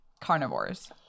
carnivores